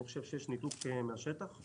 אני חושב שיש ניתוק מן השטח.